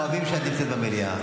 אוהבים שאת נמצאת במליאה.